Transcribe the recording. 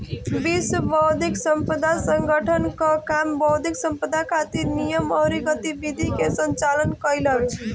विश्व बौद्धिक संपदा संगठन कअ काम बौद्धिक संपदा खातिर नियम अउरी गतिविधि के संचालित कईल हवे